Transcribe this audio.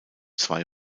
zwei